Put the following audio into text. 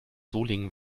solingen